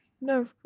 No